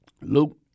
Luke